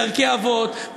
בדרכי אבות,